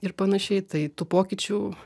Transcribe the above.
ir panašiai tai tų pokyčių